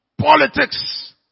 politics